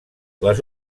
les